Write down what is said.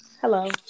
Hello